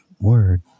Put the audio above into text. word